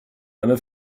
eine